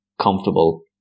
comfortable